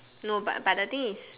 no but but the thing is